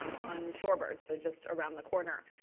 um on shorebird, so just around the corner.